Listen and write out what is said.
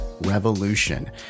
Revolution